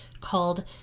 called